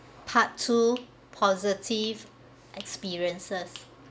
part two positive experiences